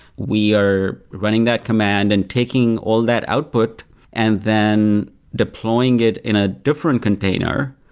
we are running that command and taking all that output and then deploying it in a different container,